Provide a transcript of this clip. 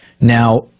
Now